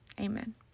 Amen